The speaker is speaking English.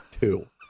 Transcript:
two